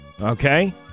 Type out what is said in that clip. Okay